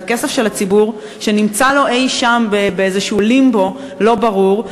זה כסף של הציבור שנמצא לו אי-שם באיזשהו לימבו לא ברור.